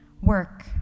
work